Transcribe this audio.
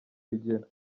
rugero